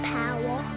power